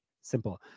simple